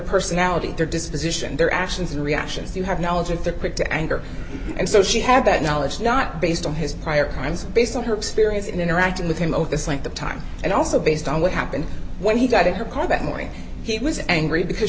personality their disposition their actions reactions you have knowledge of the quick to anger and so she had that knowledge not based on his prior crimes based on her experience in interacting with him over this length of time and also based on what happened when he got in her car that morning he was angry because